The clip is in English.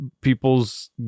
people's